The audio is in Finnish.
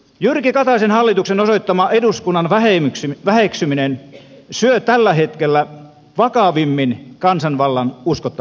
jyrki kataisen hallituksen osoittama eduskunnan väheksyminen syö tällä hetkellä vakavimmin kansanvallan uskottavuutta